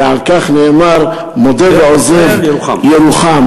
על כך נאמר, מודה ועוזב ירוחם.